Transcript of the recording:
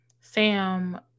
Sam